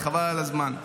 חבל על הזמן.